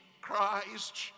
Christ